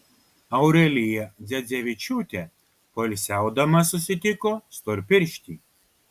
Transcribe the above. aurelija dzedzevičiūtė poilsiaudama susitiko storpirštį